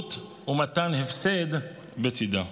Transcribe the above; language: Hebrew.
התנדבות ומתן והפסד בצידם.